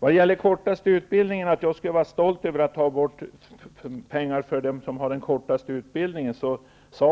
lades ned. Jag sade inte att jag skulle vara stolt över att ta pengar från dem med den kortaste utbildningen.